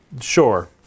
Sure